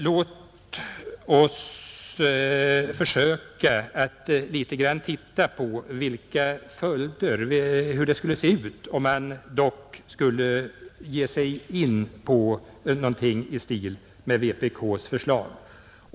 Låt oss försöka litet grand titta på hur det skulle se ut, om man skulle ge sig in på något i stil med vpk:s förslag.